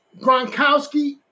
Gronkowski